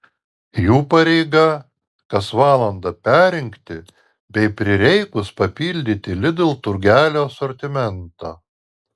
jų pareiga kas valandą perrinkti bei prireikus papildyti lidl turgelio asortimentą